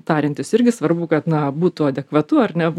tariantis irgi svarbu kad na būtų adekvatu ar ne